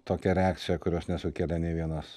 tokią reakciją kurios nesukėlė nei vienas